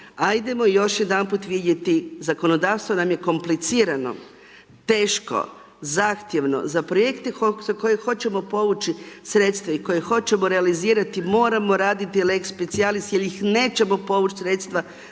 ajdemo još jedanput vidjeti, zakonodavstvo nam je komplicirano, teško, zahtjevno, za projekte koje hoćemo povući sredstva i koje hoćemo realizirati, moramo radti lex specijalis jer ih nećemo povući sredstva,